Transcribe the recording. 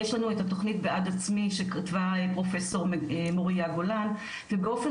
יש לנו את התוכנית "בעד עצמי" שכתבה פרופ' מוריה גולן ובאופן